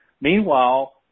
Meanwhile